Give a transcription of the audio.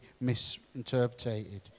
misinterpreted